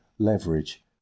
Leverage